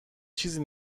چیزی